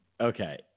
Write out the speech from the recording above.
okay